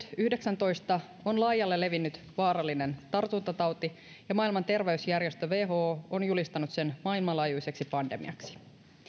yhdeksäntoista on laajalle levinnyt vaarallinen tartuntatauti ja maailman terveysjärjestö who on julistanut sen maailmanlaajuiseksi pandemiaksi